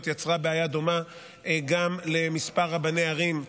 יצרה בעיה דומה גם לכמה רבני ערים,